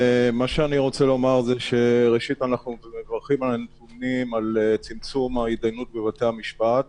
אנחנו מברכים על הנתונים על צמצום ההתדיינות בבתי המשפט